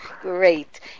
Great